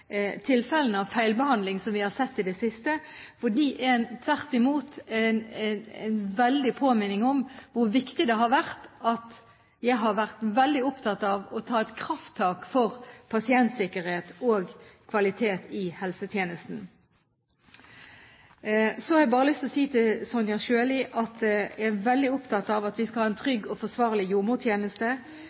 tilfellene av feilbehandling som vi har sett i det siste. De er tvert imot en påminning om hvor viktig det har vært – som jeg har vært veldig opptatt av – å ta et krafttak for pasientsikkerhet og kvalitet i helsetjenesten. Så har jeg bare lyst til å si til Sonja Sjøli at jeg er veldig opptatt av at vi skal ha en trygg og forsvarlig